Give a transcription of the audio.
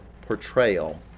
portrayal